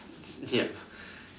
yup